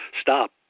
stop